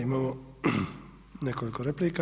Imamo nekoliko replika.